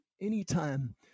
anytime